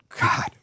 God